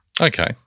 Okay